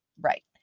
Right